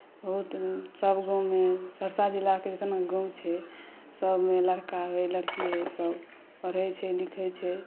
बहुतसभ गाँवमे सहरसा जिलाके जितना गाँव छै सभमे लड़का होइ लड़की होइ सभ पढ़ैत छै लिखैत छै